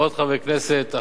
ועוד חברי כנסת,